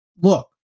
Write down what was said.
look